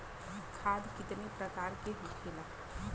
खाद कितने प्रकार के होखेला?